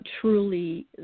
truly